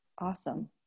Awesome